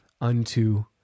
unto